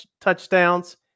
touchdowns